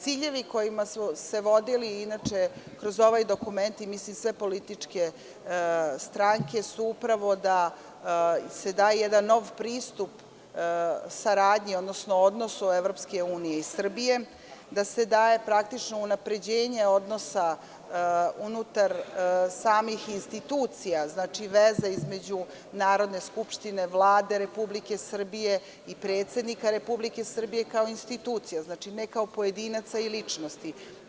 Ciljeva kojima su se vodili kroz ovaj parlament sve političke stranke su da se da jedan nov pristup saradnji, odnosno odnosu EU i Srbije, da se daje praktično unapređenje odnosa unutar samih institucija, znači veza između Narodne skupštine, Vlade republike Srbije i predsednika Republike Srbije, kao institucija, ne kao pojedinaca i ličnosti.